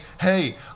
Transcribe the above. hey